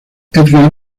edgar